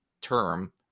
term